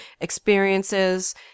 experiences